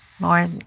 More